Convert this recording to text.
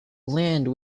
land